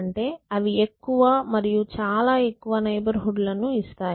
అంటే అవి ఎక్కువ మరియు చాల ఎక్కువ నైబర్ హుడ్ లను ఇస్తాయి